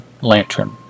lantern